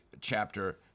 chapter